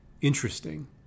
interesting